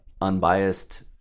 unbiased